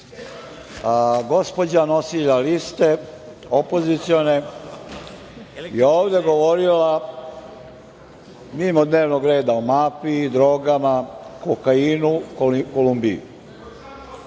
gospođa nosilac liste opozicione je ovde govorila mimo dnevnog reda, o mafiji, drogama, kokainu, Kolumbiji,